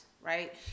right